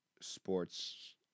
sports